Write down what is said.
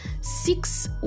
six